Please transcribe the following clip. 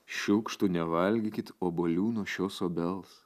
šiukštu nevalgykit obuolių nuo šios obels